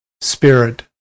spirit